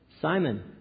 Simon